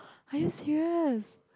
are you serious